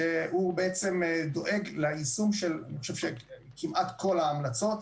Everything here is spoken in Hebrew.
שהוא דואג ליישום, אני חושב של כמעט כל ההמלצות.